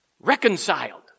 reconciled